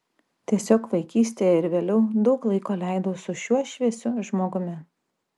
tiesiog vaikystėje ir vėliau daug laiko leidau su šiuo šviesiu žmogumi